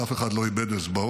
אבל אף אחד לא איבד אצבעות,